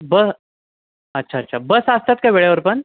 ब अच्छा अच्छा बस असतात का वेळेवर पण